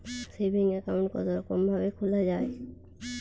Saving account কতরকম ভাবে খোলা য়ায়?